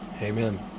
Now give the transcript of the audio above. Amen